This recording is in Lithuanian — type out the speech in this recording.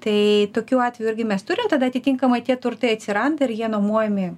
tai tokiu atveju irgi mes turim tada atitinkamai tie turtai atsiranda ir jie nuomojami